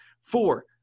Four